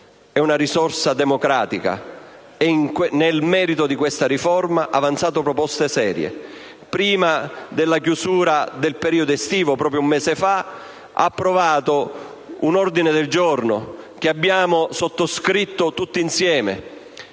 è una risorsa democratica e nel merito di questa riforma ha avanzato proposte serie. Prima della chiusura dei lavori per la pausa estiva, proprio un mese fa, ha approvato un ordine del giorno sottoscritto da tutti i